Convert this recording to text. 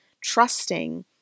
trusting